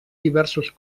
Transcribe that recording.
diversos